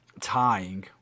tying